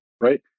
right